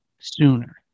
sooner